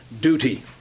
duty